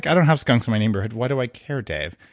i don't have skunks in my neighborhood, why do i care dave?